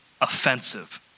offensive